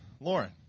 Lauren